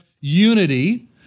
unity